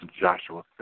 Joshua